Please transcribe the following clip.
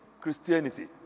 Christianity